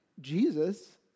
Jesus